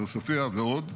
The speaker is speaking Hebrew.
מעוספיא ועוד.